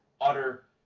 utter